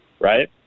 right